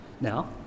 Now